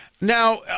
Now